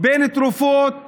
בין תרופות